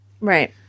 Right